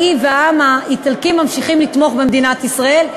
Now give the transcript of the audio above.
והיא והעם האיטלקי ממשיכים לתמוך במדינת ישראל.